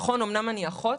נכון, אמנם אני אחות,